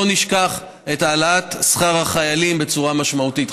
לא נשכח את העלאת שכר החיילים בצורה משמעותית.